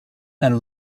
and